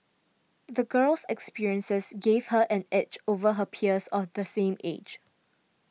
the girl's experiences gave her an edge over her peers of the same age